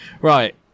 Right